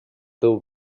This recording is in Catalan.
teu